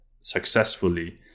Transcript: successfully